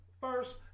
first